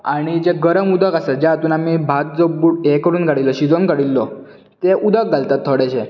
आनी जे गरम उदक आसा जे हातून आमी भात जो आसा गूट हे करुन शिजोवन काडिल्लो तें उदक घालतात थोडेशें